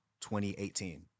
2018